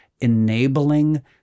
enabling